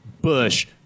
Bush